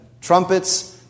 trumpets